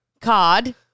COD